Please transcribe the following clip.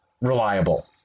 reliable